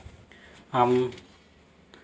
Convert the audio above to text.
ᱟᱢ